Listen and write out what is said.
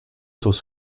bientôt